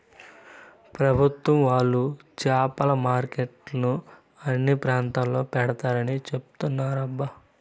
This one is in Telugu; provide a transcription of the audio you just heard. పెభుత్వం వాళ్ళు చేపల మార్కెట్లను అన్ని ప్రాంతాల్లో పెడతారని చెబుతున్నారబ్బా